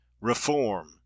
reform